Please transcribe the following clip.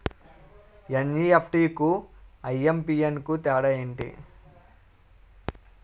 NEFT కు IMPS కు తేడా ఎంటి?